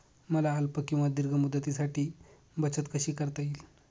मला अल्प किंवा दीर्घ मुदतीसाठी बचत कशी करता येईल?